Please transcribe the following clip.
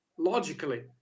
logically